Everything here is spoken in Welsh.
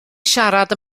siarad